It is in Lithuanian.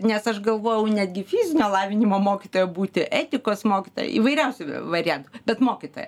nes aš galvojau netgi fizinio lavinimo mokytoja būti etikos mokytoja įvairiausių variantų bet mokytoja